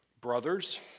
Brothers